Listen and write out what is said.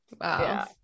Wow